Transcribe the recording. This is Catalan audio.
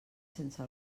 sense